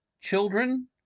children